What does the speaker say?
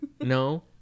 No